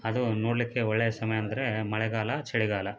ಅದು ನೋಡಲಿಕ್ಕೆ ಒಳ್ಳೆಯ ಸಮಯ ಅಂದರೆ ಮಳೆಗಾಲ ಚಳಿಗಾಲ